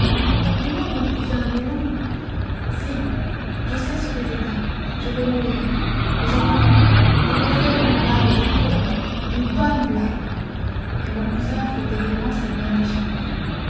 mais non mon cousin mais non si je sais ce que je dis je vais mourir mais en mourant je veux faire une blague aux archéologues une bonne blague et mon cousin frottait gaiement ses mains décharnées